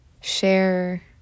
share